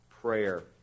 prayer